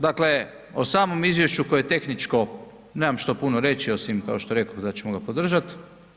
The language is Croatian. Dakle, o samom izvješću koje je tehničko nemam što puno reći osim kao što rekoh da ćemo ga podržati.